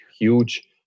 huge